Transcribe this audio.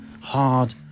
hard